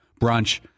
brunch